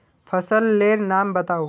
फसल लेर नाम बाताउ?